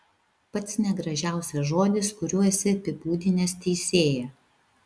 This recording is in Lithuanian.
pats negražiausias žodis kuriuo esi apibūdinęs teisėją